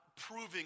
proving